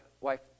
wife